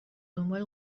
دنبال